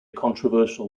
controversial